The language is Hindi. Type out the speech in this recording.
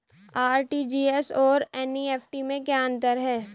आर.टी.जी.एस और एन.ई.एफ.टी में क्या अंतर है?